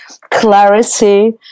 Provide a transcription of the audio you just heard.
clarity